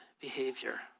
behavior